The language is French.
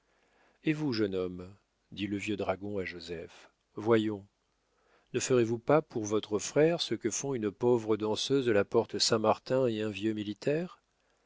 et vous jeune homme dit le vieux dragon à joseph voyons ne ferez-vous pas pour votre frère ce que font une pauvre danseuse de la porte-saint-martin et un vieux militaire